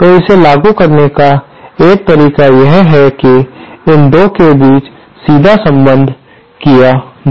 तो इसे लागू करने का एक तरीका यह है कि इन 2 के बीच सीधा संबंध किया जाए